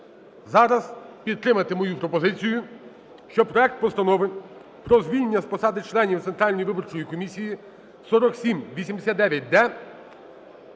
зараз підтримати мою пропозицію, що проект Постанови про звільнення з посади членів Центральної виборчої комісії (4789-д)